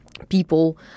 People